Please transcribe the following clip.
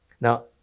Now